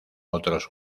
otros